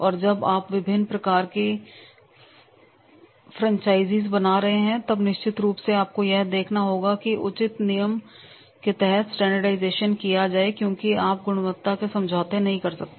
और जब आप विभिन्न प्रकार के फ्रेंचाइजी बना रहे हैं तब निश्चित रूप से आपको यह देखना होगा की एक उचित नियम के तहत स्टैंडर्डाइजेशन किया जाए क्योंकि आप गुणवत्ता से समझौता नहीं कर सकते